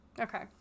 Okay